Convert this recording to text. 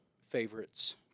favorites